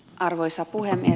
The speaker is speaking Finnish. arvoisa puhemies